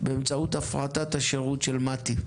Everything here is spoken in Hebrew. באמצעות הפרטת השירות של מט"י.